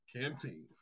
canteen